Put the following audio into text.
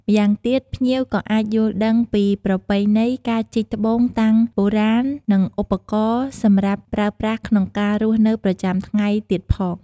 ម៉្យាងទៀតភ្ញៀវក៏អាចយល់ដឹងពីប្រពៃណីការជីកត្បូងតាំងបុរាណនិងឱបករណ៍សម្រាប់ប្រើប្រាស់ក្នុងការរស់នៅប្រចាំថ្ងៃទៀតផង។